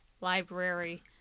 library